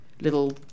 little